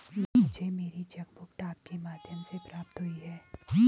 मुझे मेरी cheque book डाक के माध्यम से प्राप्त हुई है